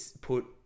put